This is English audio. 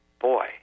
Boy